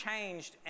changed